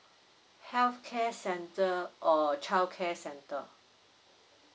health care centre or child care centre